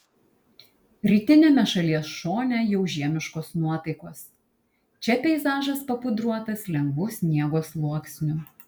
rytiniame šalies šone jau žiemiškos nuotaikos čia peizažas papudruotas lengvu sniego sluoksniu